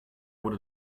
wurde